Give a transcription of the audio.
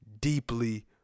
deeply